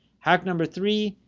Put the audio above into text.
hack number three,